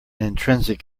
intrinsic